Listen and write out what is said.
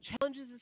challenges